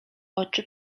oczy